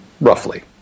roughly